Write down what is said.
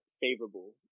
favorable